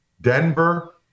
Denver